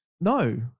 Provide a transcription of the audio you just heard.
No